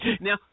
Now